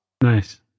Nice